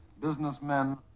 businessmen